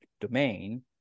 domain